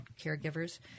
caregivers